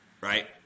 right